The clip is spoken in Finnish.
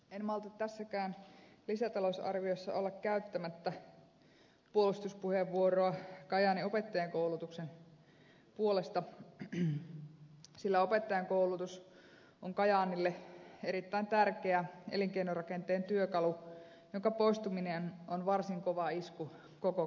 en malta tässäkään lisätalousarviossa olla käyttämättä puolustuspuheenvuoroa kajaanin opettajankoulutuksen puolesta sillä opettajankoulutus on kajaanille erittäin tärkeä elinkeinorakenteen työkalu jonka poistuminen on varsin kova isku koko kainuulle